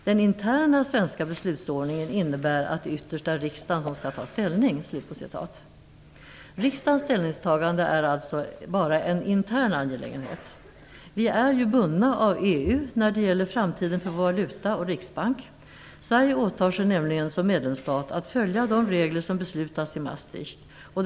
Den interna svenska beslutsordningen innebär att det ytterst är riksdagen som skall ta ställning." Riksdagens ställningstagande är alltså bara en intern angelägenhet. Vi är bundna av EU när det gäller framtiden för vår valuta och vår riksbank. Sverige åtar sig nämligen som medlemsstat att följa de regler som beslutats i Maastricht.